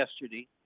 yesterday